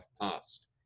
passed